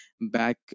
back